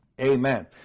Amen